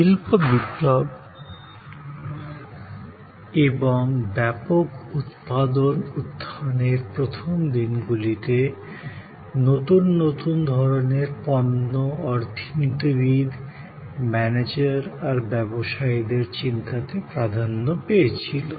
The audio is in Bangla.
শিল্প বিপ্লব এবং ব্যাপক উৎপাদন উত্থানের প্রথম দিনগুলিতে নতুন নতুন ধরণের পণ্য অর্থনীতিবিদ ম্যানেজার আর ব্যবসায়ীদের চিন্তাতে প্রাধান্য পেয়েছিলো